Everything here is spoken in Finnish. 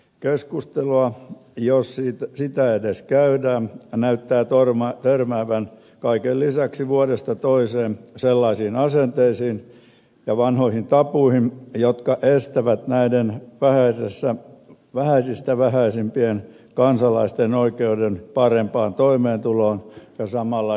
keskustelu jos sitä edes käydään näyttää törmäävän kaiken lisäksi vuodesta toiseen sellaisiin asenteisiin ja vanhoihin tabuihin jotka estävät näiden vähäisistä vähäisimpien kansalaisten oikeuden parempaan toimeentuloon ja samalla ihmisarvoiseen elämään